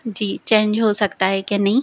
जी change हो सकता है कि नई